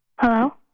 Hello